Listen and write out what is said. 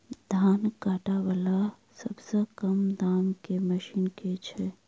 धान काटा वला सबसँ कम दाम केँ मशीन केँ छैय?